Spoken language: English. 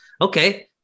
Okay